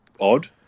odd